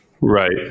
Right